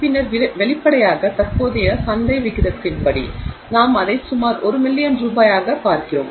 பின்னர் வெளிப்படையாக தற்போதைய சந்தை விகிதத்தின்படி நாங்கள் அதை சுமார் ஒரு மில்லியன் ரூபாயாக பார்க்கிறோம்